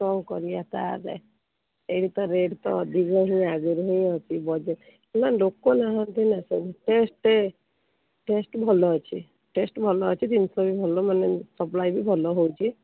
କ'ଣ କରିବା ତାହେଲେ ଏଇଠି ତ ରେଟ୍ ତ ଅଧିକ ହିଁ ଆଗୁରୁ ହିଁ ଅଛି ହେଲେ ଲୋକ ନାହାନ୍ତି ନାଁ ସବୁ ସେ ଟେଷ୍ଟ୍ ଟେଷ୍ଟ୍ ଭଲ ଅଛି ଟେଷ୍ଟ୍ ଭଲ ଅଛି ଜିନଷ ବି ଭଲ ମାନେ ସପ୍ଲାଏ ବି ଭଲ ହେଉଛି